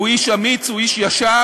הוא איש אמיץ, הוא איש ישר.